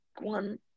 one